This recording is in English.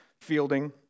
fielding